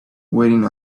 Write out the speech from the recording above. waiting